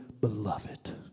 beloved